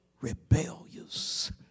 rebellious